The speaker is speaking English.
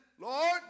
Lord